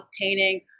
painting